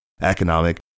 economic